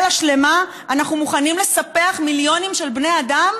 השלמה אנחנו מוכנים לספח מיליונים של בני אדם,